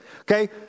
okay